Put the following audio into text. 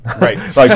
Right